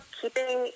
keeping